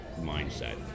mindset